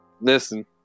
Listen